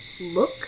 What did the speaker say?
look